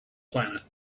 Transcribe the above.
planet